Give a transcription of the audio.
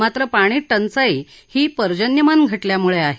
मात्र पाणी टंचाई ही पर्जन्यमान घटल्यामुळे आहे